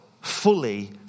fully